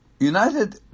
United